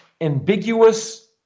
ambiguous